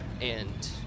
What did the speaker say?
And-